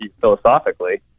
philosophically